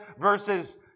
versus